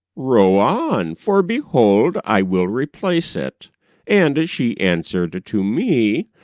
row on, for behold i will replace it and she answered to to me,